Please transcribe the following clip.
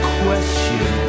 question